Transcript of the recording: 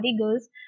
girls